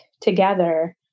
together